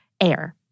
air